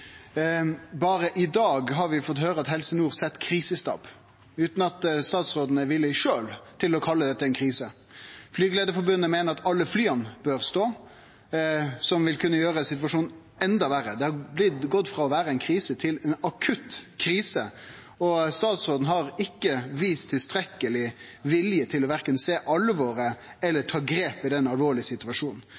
Berre i dag har vi fått høyre at Helse Nord set krisestab, utan at statsråden sjølv er villig til å kalle dette ei krise. Flygerforbundet meiner at alle flya bør stå, noko som vil kunne gjere situasjonen enda verre. Det har gått frå å vere ei krise til å bli ei akutt krise, og statsråden har ikkje vist tilstrekkeleg vilje til verken å sjå alvoret eller ta grep i denne alvorlege situasjonen.